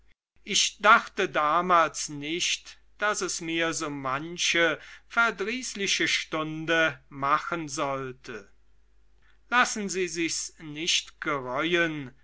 ich dachte damals nicht daß es mir so manche verdrießliche stunde machen sollte lassen sie sich's nicht